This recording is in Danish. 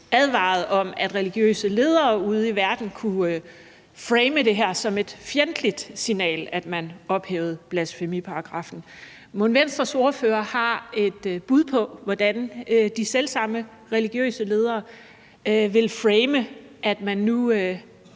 advaret om, at religiøse ledere ude i verden kunne frame det her med, at man ophævede blasfemiparagraffen, som et fjendtligt signal. Mon Venstres ordfører har et bud på, hvordan de selv samme religiøse ledere vil frame, at man nu